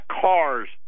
cars